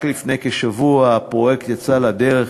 רק לפני כשבוע הפרויקט יצא לדרך,